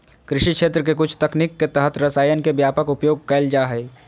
कृषि क्षेत्र के कुछ तकनीक के तहत रसायन के व्यापक उपयोग कैल जा हइ